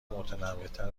متنوعتر